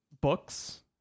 books